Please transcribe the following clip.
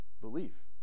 belief